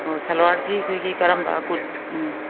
ꯑꯣ ꯁꯜꯋꯥꯔꯁꯤ ꯑꯩꯈꯣꯏꯒꯤ ꯀꯔꯝꯕ ꯎꯝ